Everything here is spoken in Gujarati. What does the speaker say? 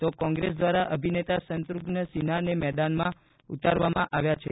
તો કોંગ્રેસ દ્વારા અભિનેતા શઝુધ્નસિંહાને મેદાનમાં ઉતારવામાં આવ્યા છે